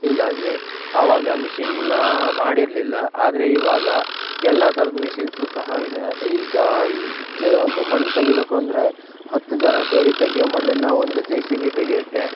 ಹೀಗಾಗಿ ಅವಾಗ ಮಿಷಿನ್ನ್ನು ಮಾಡಿರಲಿಲ್ಲ ಆದರೆ ಇವಾಗ ಎಲ್ಲ ಥರ್ದ ಮಿಷಿನ್ಸೂ ಸಹ ಇದೆ ಈಗ ಈ ಜ್ ಒಂದು ಮಣ್ಣು ತೆಗೀಬಕು ಅಂದರೆ ಹತ್ತು ಜನ ಸೇರಿ ತೆಗೆಯೋ ಮಣ್ಣನ್ನು ಒಂದು ಜೆ ಸಿ ಬಿ ತೆಗೆಯುತ್ತೆ